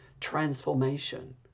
transformation